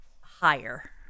higher